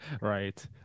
Right